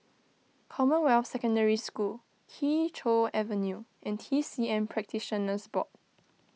Commonwealth Secondary School Kee Choe Avenue and T C M Practitioners Board